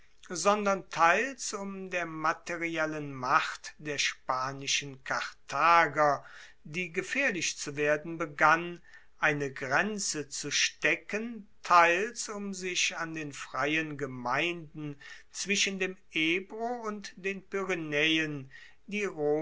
sondern teils um der materiellen macht der spanischen karthager die gefaehrlich zu werden begann eine grenze zu stecken teils um sich an den freien gemeinden zwischen dem ebro und den